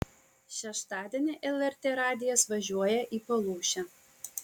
šeštadienį lrt radijas važiuoja į palūšę